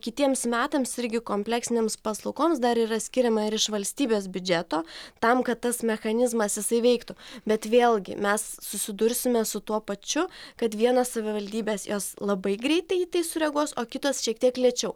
kitiems metams irgi kompleksinėms paslaugoms dar yra skiriama ir iš valstybės biudžeto tam kad tas mechanizmas jisai veiktų bet vėlgi mes susidursime su tuo pačiu kad vienos savivaldybės jos labai greitai į tai sureaguos o kitos šiek tiek lėčiau